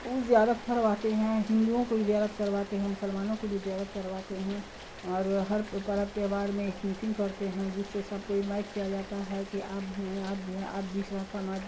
وہ زیارت کرواتے ہیں ہندوؤں کو بھی زیارت کرواتے ہیں مسلمانوں کو بھی زیارت کرواتے ہیں اور ہر پرب تہوار میں ایک میٹنگ کرتے ہیں جس سے سب کو انوائٹ کیا جاتا ہے کہ آپ بھی آئیں آپ بھی آئیں آپ بھی سماج